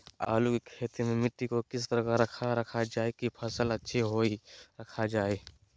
आलू की खेती में मिट्टी को किस प्रकार रखा रखा जाए की फसल अच्छी होई रखा जाए?